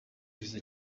viza